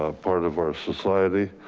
ah part of our society.